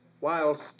whilst